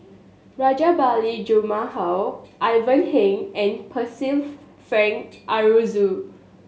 Rajabali Jumabhoy Ivan Heng and Percival Frank Aroozoo